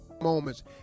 moments